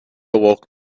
awoke